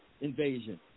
invasion